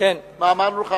מה אמרנו לך,